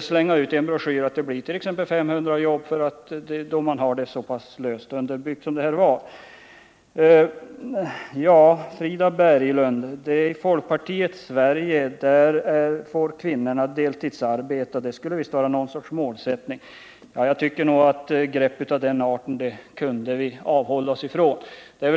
slänga ut en broschyr om att det blir 500 jobb, när löftena är så pass löst underbyggda. I folkpartiets Sverige får kvinnorna deltidsarbete, säger Frida Berglund. Det skulle visst vara någon sorts målsättning. Jag tycker nog att vi kunde avhålla oss från grepp av den arten.